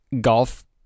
golf